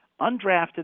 undrafted